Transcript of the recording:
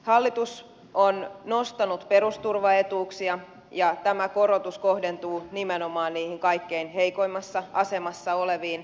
hallitus on nostanut perusturvaetuuksia ja tämä korotus kohdentuu nimenomaan niihin kaikkein heikoimmassa asemassa oleviin